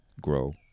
grow